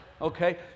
Okay